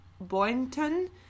Boynton